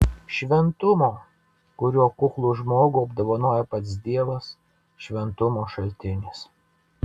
šventumo kuriuo kuklų žmogų apdovanoja pats dievas šventumo šaltinis